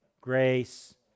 grace